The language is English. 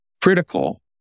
critical